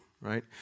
right